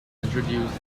introduced